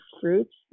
fruits